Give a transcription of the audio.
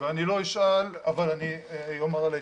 ואני לא אשאל, אבל אני אומר על ההתלבטויות.